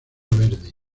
verde